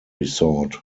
resort